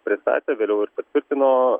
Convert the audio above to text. pristatė vėliau ir patvirtino